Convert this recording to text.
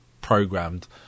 programmed